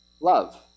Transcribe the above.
love